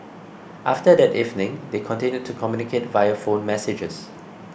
after that evening they continued to communicate via phone messages